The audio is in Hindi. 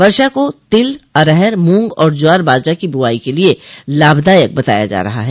वर्षा को तिल अरहर मूंग और ज्वार बाजरा की बुआई के लिये लाभदायक बताया जा रहा है